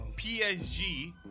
PSG